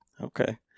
okay